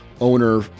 owner